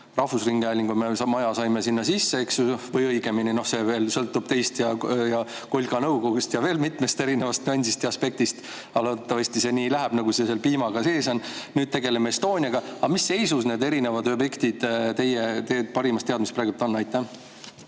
Rahvusringhäälingu maja saime sinna sisse, või õigemini, see sõltub teist ja kulka nõukogust ja veel mitmest erinevast nüansist ja aspektist, aga loodetavasti see nii läheb, nagu see seal piimaga sees on. Nüüd tegeleme Estoniaga. Mis seisus need erinevad objektid teie teadmise kohaselt praegu on? Aitäh,